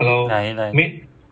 ah iya lah